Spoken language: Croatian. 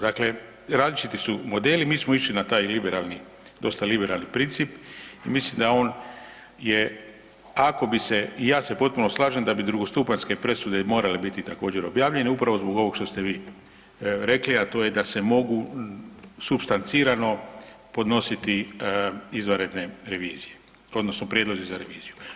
Dakle, različiti su modeli mi smo išli na taj liberalni, dosta liberalni princip i mislim da on je ako bi se, i ja se potpuno slažem da bi drugostupanjske presude morale biti također objavljene upravo zbog ovog što ste vi rekli, a to je da se mogu supstancirano podnositi izvanredne revizije odnosno prijedlozi za reviziju.